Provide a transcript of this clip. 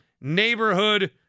neighborhood